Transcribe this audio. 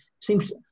seems